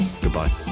goodbye